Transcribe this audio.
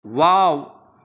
wow